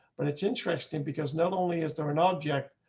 but it's interesting because not only is there an object,